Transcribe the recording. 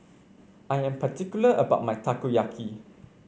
I am particular about my Takoyaki